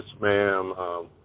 ma'am